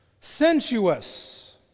sensuous